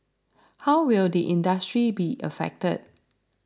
how will the industry be affected